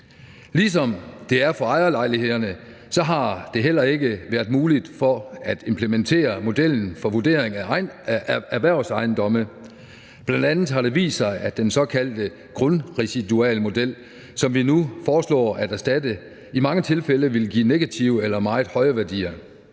Ligesom for ejerlejligheder har det heller ikke været muligt at implementere modellen for vurderingen af erhvervsejendomme, bl.a. har det vist sig, at den såkaldte grundresidualmodel, som vi nu foreslår at erstatte, i mange tilfælde ville give negative eller meget høje værdier.